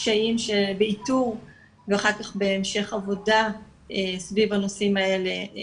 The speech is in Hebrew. קשיים באיתור ואחר כך בהמשך עבודה סביב הנושאים האלה.